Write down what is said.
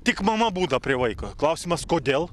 tik mama būna prie vaiko klausimas kodėl